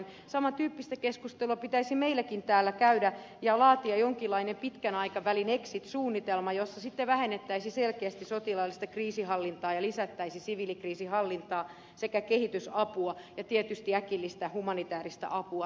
saman tyyppistä keskustelua pitäisi meilläkin täällä käydä ja laatia jonkinlainen pitkän aikavälin exit suunnitelma jossa sitten vähennettäisiin selkeästi sotilaallista kriisinhallintaa ja lisättäisiin siviilikriisinhallintaa sekä kehitysapua ja tietysti äkillistä humanitaarista apua tähän jälleenrakentamiseen